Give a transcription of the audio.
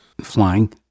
Flying